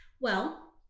well,